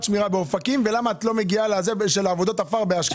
השמירה באופקים ולמה את לא מגיעה לעבודות עפר באשקלון.